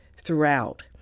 throughout